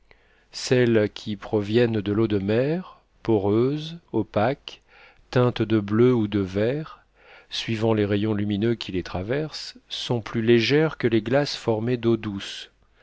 celles qui proviennent de l'eau de mer poreuses opaques teintes de bleu ou de vert suivant les rayons lumineux qui les traversent sont plus légères que les glaces formées d'eau douce